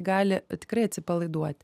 gali tikrai atsipalaiduoti